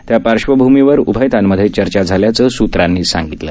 त्या पार्श्वभूमीवर उभयतांमधे चर्चा झाल्याचं सूत्रांनी सांगितलं